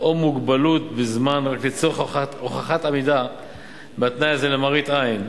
או מוגבלות בזמן רק לצורך הוכחת עמידה בתנאי הזה למראית עין.